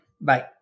Bye